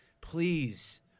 please